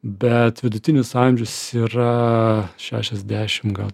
bet vidutinis amžius yra šešiasdešim gal